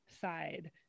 side